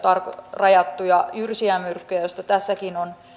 rajattuja jyrsijämyrkkyjä joista tässäkin on